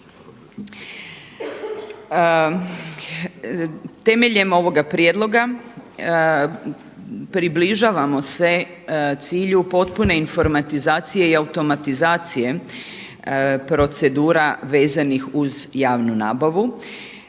Temeljem ovoga prijedloga približavamo se cilju potpune informatizacije i automatizacije procedura vezanih uz javnu nabavu.